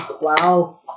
wow